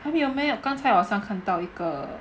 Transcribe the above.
还没有 meh 刚才刚才好像看到一个